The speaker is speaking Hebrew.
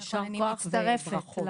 ויישר כוח וברכות.